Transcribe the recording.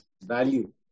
value